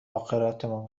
آخرتمان